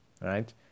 right